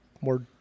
more